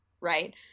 right